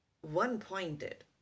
one-pointed